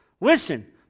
Listen